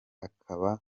akaba